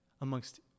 amongst